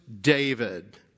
David